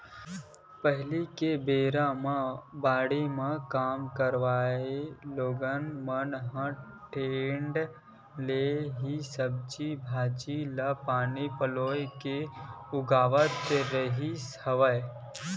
पहिली के बेरा म बाड़ी म काम करइया लोगन मन ह टेंड़ा ले ही सब्जी भांजी ल पानी पलोय के उगावत रिहिस हवय